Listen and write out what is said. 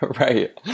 Right